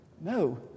No